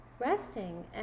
resting